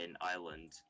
ireland